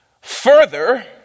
Further